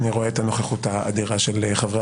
אני רואה את הנוכחות האדירה של חברי